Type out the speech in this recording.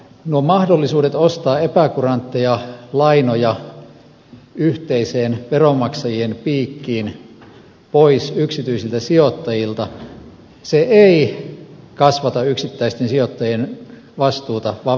nuo mahdollisuudet ostaa epäkurantteja lainoja yhteiseen veronmaksajien piikkiin pois yksityisiltä sijoittajilta eivät kasvata yksittäisten sijoittajien vastuuta vaan vähentävät sitä